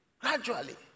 Gradually